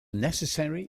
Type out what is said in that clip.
necessary